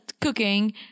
cooking